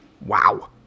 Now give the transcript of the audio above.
Wow